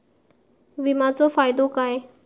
विमाचो फायदो काय?